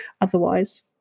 otherwise